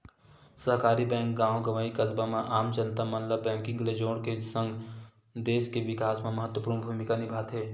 सहकारी बेंक गॉव गंवई, कस्बा म आम जनता मन ल बेंकिग ले जोड़ के सगं, देस के बिकास म महत्वपूर्न भूमिका निभाथे